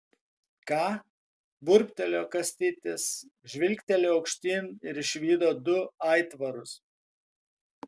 ką burbtelėjo kastytis žvilgtelėjo aukštyn ir išvydo du aitvarus